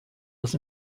das